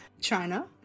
China